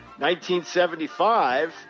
1975